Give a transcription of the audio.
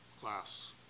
class